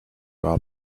are